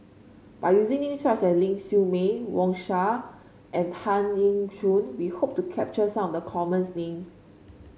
by using name such as Ling Siew May Wang Sha and Tan Eng Yoon we hope to capture some of the commons names